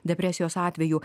depresijos atveju